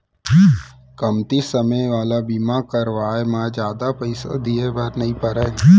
कमती समे वाला बीमा करवाय म जादा पइसा दिए बर नइ परय